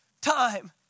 time